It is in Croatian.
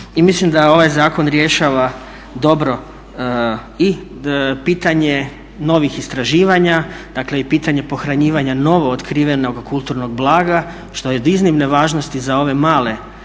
I mislim da ovaj zakon rješava dobro i pitanje novih istraživanja, dakle i pitanje pohranjivanja novo otkrivenoga kulturnoga blaga što je od iznimne važnosti za ove male